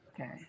Okay